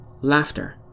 laughter